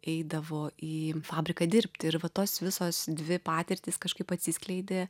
eidavo į fabriką dirbti ir va tos visos dvi patirtys kažkaip atsiskleidė